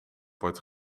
wordt